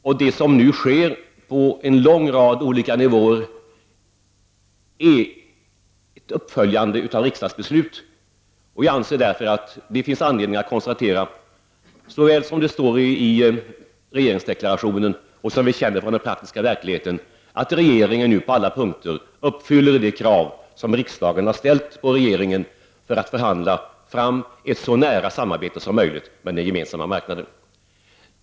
Och det som nu sker på en lång rad olika nivåer är ett uppföljande av riksdagsbeslut. Jag anser därför att det finns anledning att konsta tera, som det står i regeringsdeklarationen och som vi känner från den praktiska verkligheten, att regeringen nu på alla punkter uppfyller de krav som riksdagen har ställt på regeringen för att förhandla fram ett så nära samarbete som möjligt med den Gemensamma marknaden.